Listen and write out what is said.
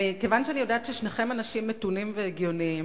כיוון שאני יודעת ששניכם אנשים מתונים והגיוניים,